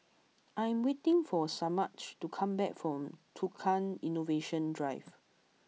I am waiting for Semaj to come back from Tukang Innovation Drive